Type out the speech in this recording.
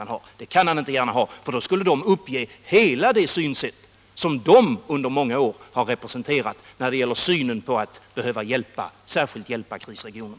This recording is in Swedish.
Han kan inte gärna ha gjort det, för då skulle de andra uppge hela det synsätt som de under många år representerat när det gäller inriktningen på att särskilt hjälpa krisregioner.